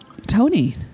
Tony